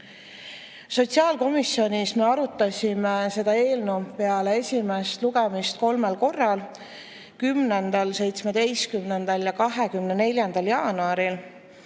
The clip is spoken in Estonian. Sotsiaalkomisjonis me arutasime seda eelnõu peale esimest lugemist kolmel korral: 10., 17. ja 24. jaanuaril.